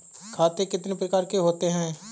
खाते कितने प्रकार के होते हैं?